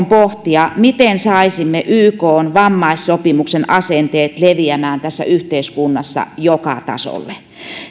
pohtia miten saisimme ykn vammaissopimuksen asenteet leviämään tässä yhteiskunnassa joka tasolle